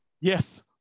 Yes